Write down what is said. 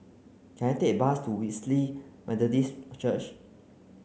can I take a bus to Wesley Methodist Church